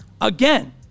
again